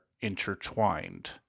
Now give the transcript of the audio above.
intertwined